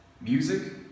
music